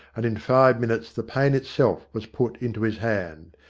and in five minutes the pane itself was put into his hand.